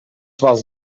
was